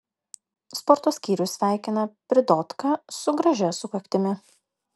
sporto skyrius sveikina pridotką su gražia sukaktimi